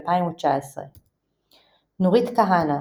2019. נורית כהנא,.